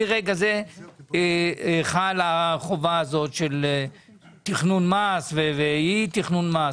מרגע זה חלה החובה הזאת של תכנון מס ואי תכנון מס.